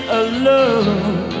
alone